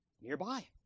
nearby